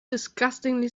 disgustingly